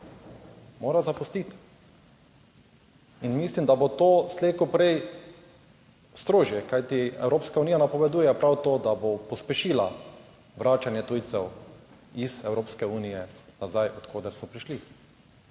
mora zapustiti. In mislim, da bo to slej ko prej strožje, kajti Evropska unija napoveduje prav to, da bo pospešila vračanje tujcev iz Evropske unije nazaj, od koder so prišli.